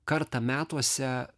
kartą metuose